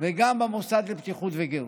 למוסד לבטיחות וגהות.